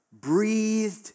Breathed